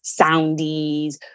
soundies